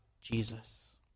Jesus